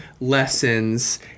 lessons